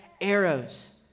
arrows